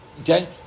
Okay